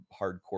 hardcore